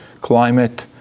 climate